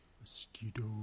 Mosquito